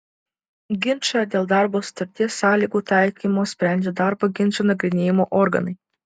ginčą dėl darbo sutarties sąlygų taikymo sprendžia darbo ginčų nagrinėjimo organai